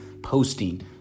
posting